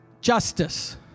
Justice